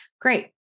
Great